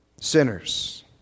sinners